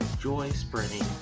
joy-spreading